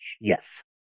Yes